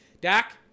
Dak